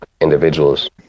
individuals